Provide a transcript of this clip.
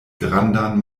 grandan